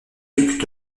duc